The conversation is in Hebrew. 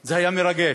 זה היה מרגש,